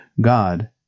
God